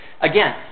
Again